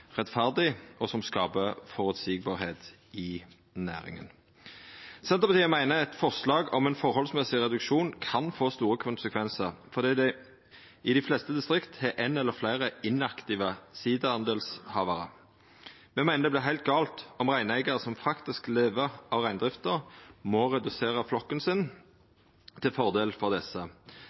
rettferdig, og som skapar føreseielegheit i næringa. Senterpartiet meiner eit forslag om ein forholdsmessig reduksjon kan få store konsekvensar, fordi ein i dei fleste distrikt har éin eller fleire inaktive sida-delshavarar. Me meiner det vert heilt gale om reineigarar som faktisk lever av reindrifta, må redusera flokken sin til fordel for desse.